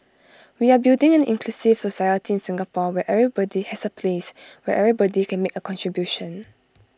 we are building an inclusive society in Singapore where everybody has A place where everybody can make A contribution